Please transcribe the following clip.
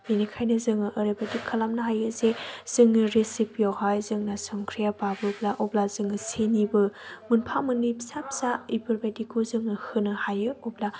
बेनिखायनो जोङो ओरैबायदि खालामनो हायो जे जोंनो रेसिपि आवहाय जोंनो संख्रिया बाबोब्ला अब्ला जोङो सेनिबो मोनफा मोननै फिसा फिसा बेफोरबादिखौ जोङो होनो हायो अब्ला